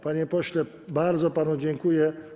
Panie pośle, bardzo panu dziękuję.